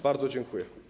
Bardzo dziękuję.